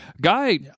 Guy